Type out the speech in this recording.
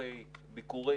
ביקורי